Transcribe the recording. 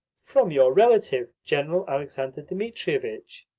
from your relative general alexander dmitrievitch.